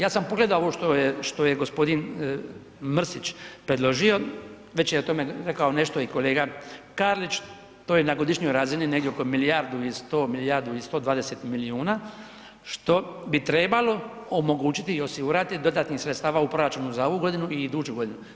Ja sam pogledao ovo što je g. Mrsić predložio, već je o tome rekao nešto i kolega Karlić, to je na godišnjoj razini negdje oko milijardu i 100, milijardu i 120 milijuna, što bi trebalo omogućiti i osigurati dodatnih sredstava u proračunu za ovu godinu i iduću godinu.